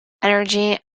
energy